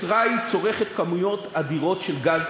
מצרים צורכת כמויות אדירות של גז,